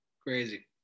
crazy